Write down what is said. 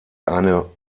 eine